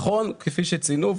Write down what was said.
זה נכון כפי שציינו,